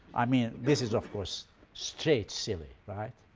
i mean this is of course straight silly, right?